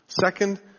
Second